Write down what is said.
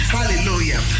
Hallelujah